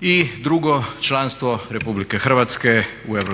I drugo članstvo RH u EU.